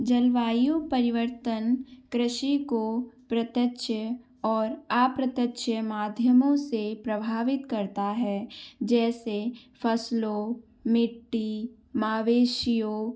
जलवायु परिवर्तन कृषि को प्रत्यक्ष और आप्रत्यक्ष माध्यमों से प्रभावित करता है जैसे फसलों मिट्टी मवेशियों